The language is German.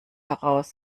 heraus